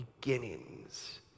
beginnings